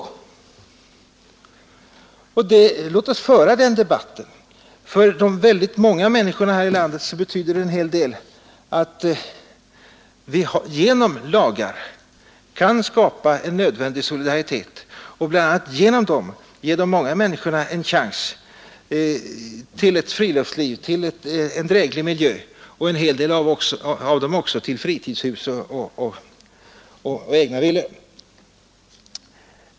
Låt oss föra den debatten i politiska och inte i juridiska termer. För de många människorna här i landet betyder det en hel del att vi genom lagar kan skapa en nödvändig solidaritet, ge alla chans till ett friluftsliv och en dräglig miljö och också ge många möjligheten att skaffa sig fritidshus och egna villor.